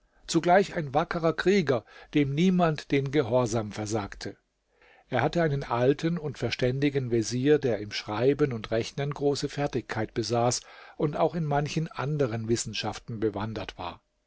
zugleich ein wackerer krieger dem niemand den gehorsam versagte er hatte einen alten und verständigen vezier der im schreiben und rechnen große fertigkeit besaß und auch in manchen anderen wissenschaften bewandert war